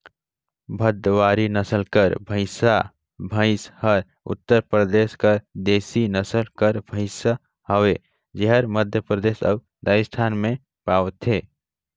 भदवारी नसल कर भंइसा भंइस हर उत्तर परदेस कर देसी नसल कर भंइस हवे जेहर मध्यपरदेस अउ राजिस्थान में पवाथे